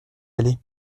aller